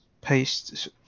Paste